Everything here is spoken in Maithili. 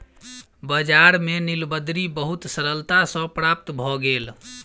बजार में नीलबदरी बहुत सरलता सॅ प्राप्त भ गेल